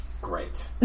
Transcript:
Great